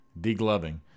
degloving